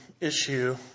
issue